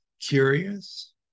curious